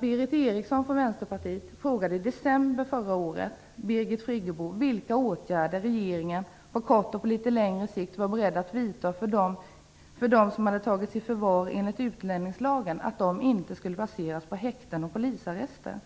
Berith Eriksson från Vänsterpartiet, frågade i december förra året Birgit Friggebo vilka åtgärder regeringen på kort och på litet längre sikt var beredd att vidta för dem som hade tagits i förvar enligt utlänningslagen, så att dessa inte skulle placeras i häkten och polisarrester.